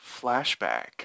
flashback